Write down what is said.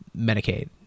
Medicaid